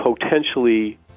potentially